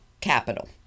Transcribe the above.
capital